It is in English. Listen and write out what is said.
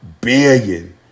billion